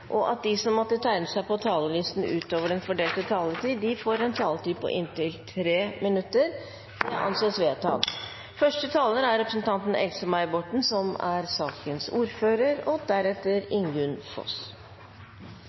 og at de som måtte tegne seg på talerlisten utover den fordelte taletid, får en taletid på inntil 3 minutter. – Det anses vedtatt. Som presidenten sa, er